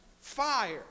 fire